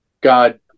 God